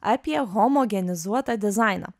apie homogenizuotą dizainą